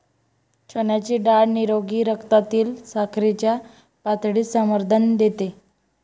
चण्याची डाळ निरोगी रक्तातील साखरेच्या पातळीस समर्थन देते